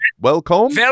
welcome